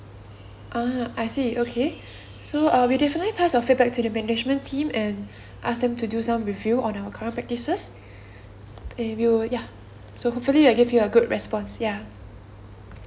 ah I see okay so uh we'll definitely pass your feedback to the management team and ask them to do some review on our current practices they will uh so hopefully I can give you a good response ya